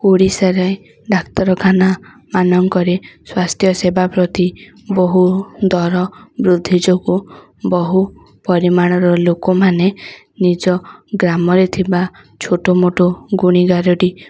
ଓଡ଼ିଶାରେ ଡାକ୍ତରଖାନା ମାନଙ୍କରେ ସ୍ୱାସ୍ଥ୍ୟ ସେବା ପ୍ରତି ବହୁ ଦର ବୃଦ୍ଧି ଯୋଗୁଁ ବହୁ ପରିମାଣର ଲୋକମାନେ ନିଜ ଗ୍ରାମରେ ଥିବା ଛୋଟମୋଟ ଗୁଣିଗାରେଡ଼ି